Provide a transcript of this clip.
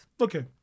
Okay